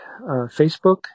Facebook